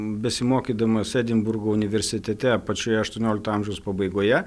besimokydamas edinburgo universitete pačioje aštuoniolikto amžiaus pabaigoje